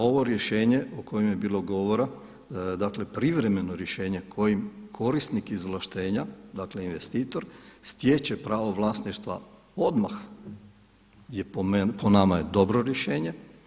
Ovo rješenje o kojem je bilo govora, dakle privremeno rješenje kojim korisnik izvlaštenja, dakle investitor stječe pravo vlasnika, odmah po nama je dobro rješenje.